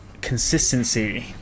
consistency